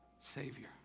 Savior